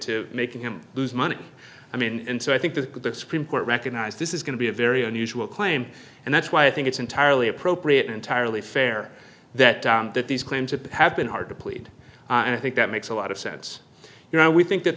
to making him lose money i mean and so i think the supreme court recognized this is going to be a very unusual claim and that's why i think it's entirely appropriate entirely fair that that these claims to have been hard to plead and i think that makes a lot of sense you know we think that